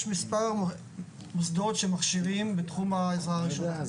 יש מספר מוסדות שמכשירים בתחום העזרה הראשונה.